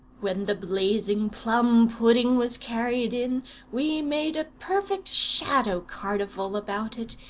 when the blazing plum-pudding was carried in we made a perfect shadow-carnival about it,